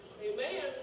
Amen